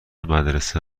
مدرسه